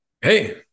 hey